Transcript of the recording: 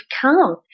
come